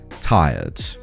tired